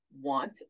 want